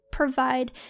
provide